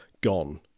gone